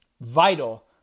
vital